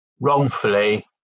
Wrongfully